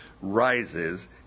Rises